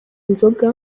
inzoga